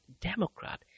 Democrat